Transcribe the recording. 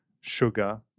sugar